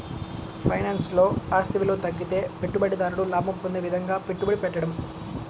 ఫైనాన్స్లో, ఆస్తి విలువ తగ్గితే పెట్టుబడిదారుడు లాభం పొందే విధంగా పెట్టుబడి పెట్టడం